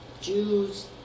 Jews